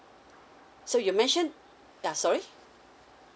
so you mentioned ya sorry